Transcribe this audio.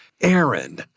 Aaron